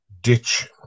ditch